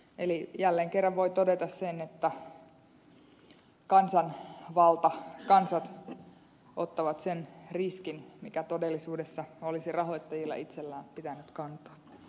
eli jälleen kerran voi todeta sen että kansanvalta kansat ottaa sen riskin mikä todellisuudessa olisi rahoittajien itsensä pitänyt kantaa